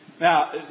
Now